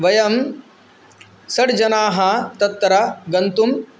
वयं षड्जनाः तत्र गन्तुम्